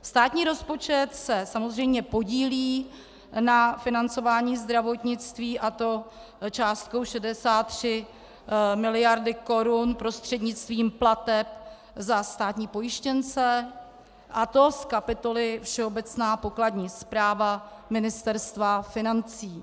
Státní rozpočet se samozřejmě podílí na financování zdravotnictví, a to částkou 63 mld. korun prostřednictvím plateb za státní pojištěnce, a to z kapitoly Všeobecná pokladní správa Ministerstva financí.